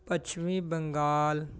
ਪੱਛਮੀ ਬੰਗਾਲ